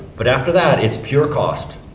but after that it's pure cost.